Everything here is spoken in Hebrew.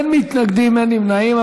אין מתנגדים, אין נמנעים.